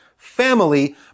family